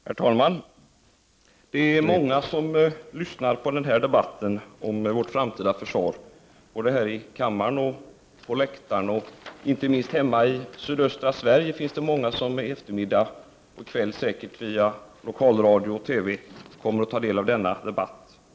Herr talman! Det är många som lyssnar på den här debatten om vårt framtida försvar, både här i kammaren och på läktaren. Inte minst hemma i sydöstra Sverige finns det säkert många som i eftermiddag och i kväll via lokalradion och TV kommer att ta del av denna debatt.